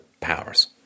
powers